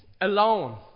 alone